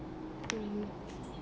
mm